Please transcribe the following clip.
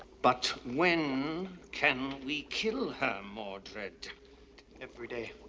but when can we kill her, mordred? every day,